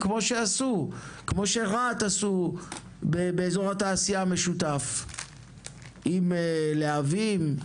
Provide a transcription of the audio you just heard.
כמו שרהט עשו באזור התעשייה המשותף עם להבים,